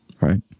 right